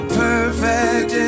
perfect